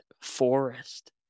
forest